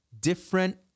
different